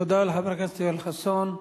תודה לחבר הכנסת יואל חסון.